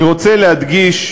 אני רוצה להדגיש,